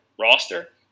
roster